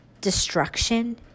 destruction